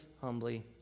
humbly